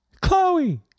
Chloe